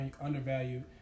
undervalued